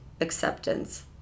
acceptance